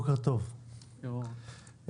שלום לכולם,